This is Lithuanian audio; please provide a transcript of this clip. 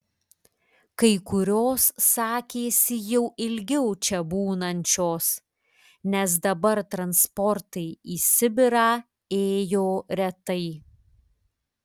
kai kurios sakėsi jau ilgiau čia būnančios nes dabar transportai į sibirą ėjo retai